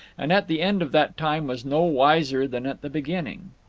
and at the end of that time was no wiser than at the beginning.